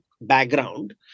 background